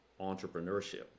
entrepreneurship